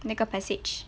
那个 passage